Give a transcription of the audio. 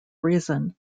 reason